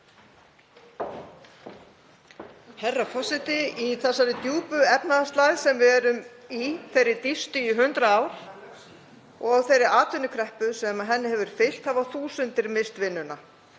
Herra forseti. Í þessari djúpu efnahagslægð sem við erum í, þeirri dýpstu í 100 ár, og þeirri atvinnukreppu sem henni hefur fylgt hafa þúsundir misst vinnuna.